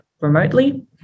remotely